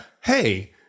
hey